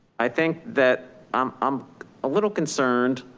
i think that i'm um a little concerned,